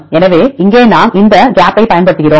எனவே இங்கே நாம் இந்த கேப்பைப் பயன்படுத்துகிறோம்